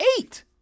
Eight